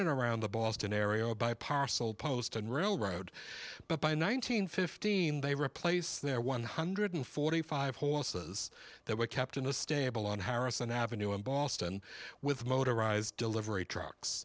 and around the boston area by parcel post and rural road but by nineteen fifteen they replace their one hundred forty five horses that were kept in a stable on harrison avenue in boston with motorized delivery trucks